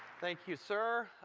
thank you, sir.